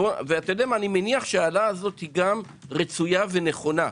אני מעריך שההעלאה הזו רצויה ונכונה.